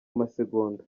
amasegonda